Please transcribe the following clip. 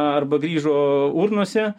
arba grįžo urnose